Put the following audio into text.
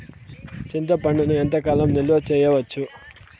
చింతపండును ఎంత కాలం నిలువ చేయవచ్చు?